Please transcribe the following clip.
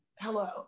hello